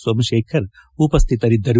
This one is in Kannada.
ಸೋಮಶೇಖರ್ ಉಪಶ್ಯಿತರಿದ್ದರು